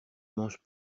manges